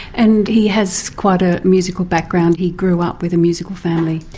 and he has quite a musical background. he grew up with a musical family.